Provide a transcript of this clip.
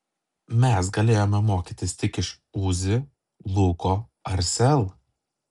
mes galėjome mokytis tik iš uzi luko ar sel